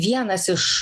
vienas iš